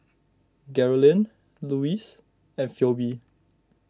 Geralyn Luis and Pheobe